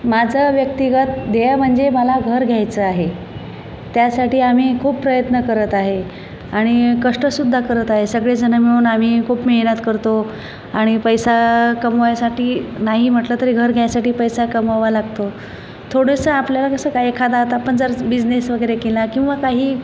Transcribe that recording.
माझं व्यक्तिगत ध्येय म्हणजे मला घर घ्यायचं आहे त्यासाठी आम्ही खूप प्रयत्न करत आहे आणि कष्टसुद्धा करत आहे सगळेजण मिळून आम्ही खूप मेहनत करतो आणि पैसा कमवायसाठी नाही म्हटलं तरी घर घ्यायसाठी पैसा कमवावा लागतो थोडंसं आपल्याला कसं काय एखादा आपण जर बिजनेस वगैरे केला किंवा काही